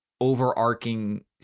overarching